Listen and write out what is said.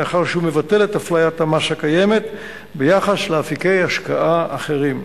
מאחר שהוא מבטל את אפליית המס הקיימת ביחס לאפיקי השקעה אחרים.